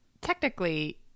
technically